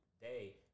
day